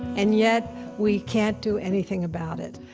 and yet we can't do anything about it.